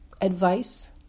advice